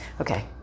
okay